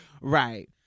right